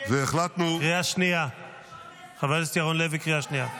והחלטנו -- חבר הכנסת לוי, קריאה ראשונה.